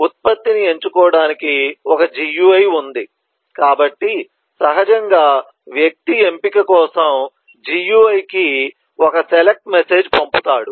ఉత్పత్తిని ఎంచుకోవడానికి ఒక GUI ఉంది కాబట్టి సహజంగా వ్యక్తి ఎంపిక కోసం GUI కి ఒక సెలెక్ట్ మెసేజ్ పంపుతాడు